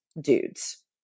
dudes